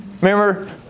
Remember